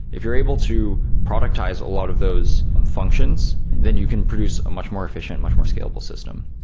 if you're able to productize a lot of those functions, then you can produce a much more efficient, much more scalable system